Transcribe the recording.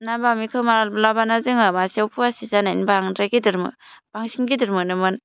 ना बामिखौ माब्लाबानो जोङो मासेयाव फवासे जानाय नि बांद्राय गिदिर बांसिन गिदिर मोनोमोन